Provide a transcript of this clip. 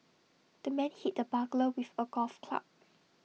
the man hit the burglar with A golf club